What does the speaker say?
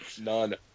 None